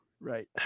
Right